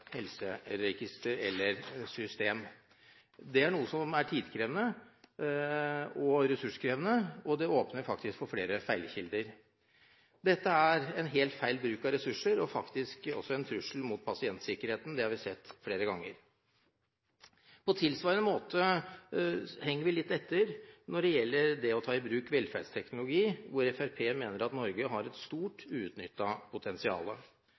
er tidkrevende og ressurskrevende, og det åpner for flere feilkilder. Det er en helt feil bruk av ressurser og faktisk også en trussel mot pasientsikkerheten – det har vi sett flere ganger. På tilsvarende måte henger vi litt etter når det gjelder å ta i bruk velferdsteknologi, hvor Fremskrittspartiet mener at Norge har et stort uutnyttet potensial.